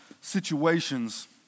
situations